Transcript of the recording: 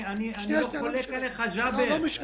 אני לא חולק עליך, ג'אבר.